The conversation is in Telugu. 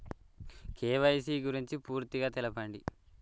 కే.వై.సీ గురించి పూర్తిగా తెలపండి?